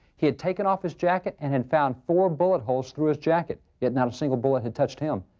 he had taken off his jacket and had found four bullet holes through his jacket, yet not a single bullet had touched him.